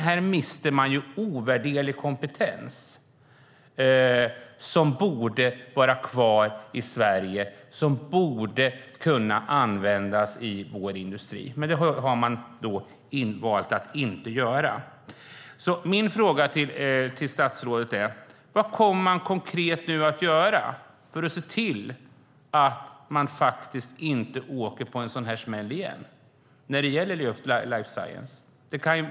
Här mister vi ovärderlig kompetens som borde vara kvar i Sverige och som borde kunna användas i vår industri. Men regeringen har valt att inte göra så. Min fråga till statsrådet är: Vad kommer regeringen konkret att göra för att se till att man inte åker på en sådan här smäll igen när det gäller life science?